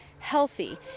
healthy